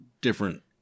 different